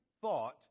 thought